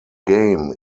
game